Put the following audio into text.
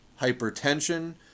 hypertension